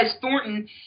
Thornton